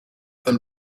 them